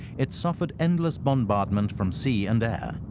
it suffered endless bombardment from sea and air,